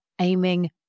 aiming